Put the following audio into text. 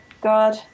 God